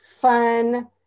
fun